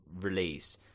release